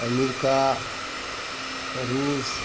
America रूस